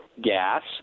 gas